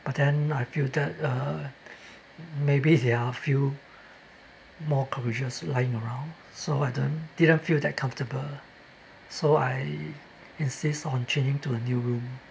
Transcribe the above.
but then I feel that uh maybe there are few more cockroaches lying around so I don't didn't feel that comfortable so I insist on changing to a new room